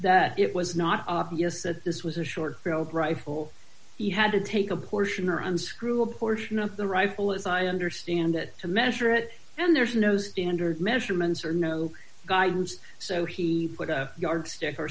that it was not obvious that this was a short field rifle he had to take a portion or unscrew a portion of the rifle as i understand that to measure it and there's no standard measurements or no guidance so he put a yardstick or